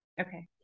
okay